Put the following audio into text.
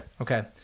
Okay